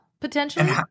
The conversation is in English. potentially